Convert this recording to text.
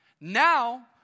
Now